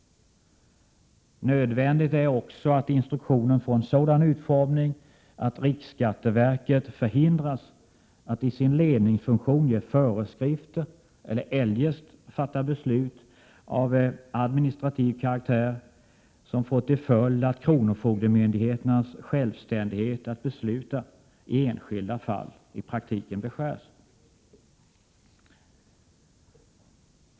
Nödvändigt är också att instruktionen får en sådan utformning att riksskatteverket förhindras att i sin ledningsfunktion ge föreskrifter eller eljest fatta beslut av administrativ karaktär som får till följd att kronofogdemyndigheternas självständighet att besluta i enskilda fall i praktiken beskärs.